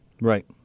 Right